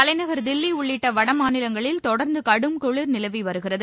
தலைநகர் தில்லி உள்ளிட்ட வடமாநிலங்களில் தொடர்ந்து கடும் குளிர் நிலவி வருகிறது